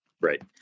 right